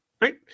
Right